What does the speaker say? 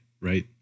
right